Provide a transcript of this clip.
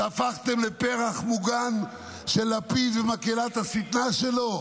שהפכתם לפרח מוגן של לפיד ומקהלת השטנה שלו?